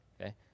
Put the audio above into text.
Okay